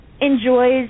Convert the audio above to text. enjoys